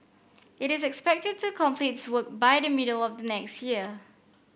it is expected to complete its work by the middle of the next year